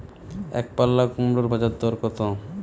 একপাল্লা কুমড়োর বাজার দর কত?